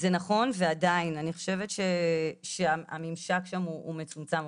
זה נכון, ועדיין אני חושבת שהממשק שם הוא מצומצם.